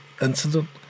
incident